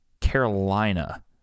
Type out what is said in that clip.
Carolina